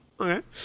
Okay